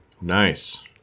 Nice